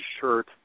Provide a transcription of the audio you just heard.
shirt